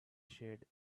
shade